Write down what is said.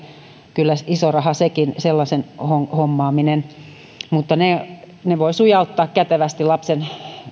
kyllä iso raha sekin kun sellaisen hommaa ne ne voi sujauttaa kätevästi lapsen